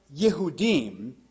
Yehudim